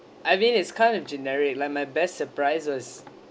I mean is kind of generic like my best surprise was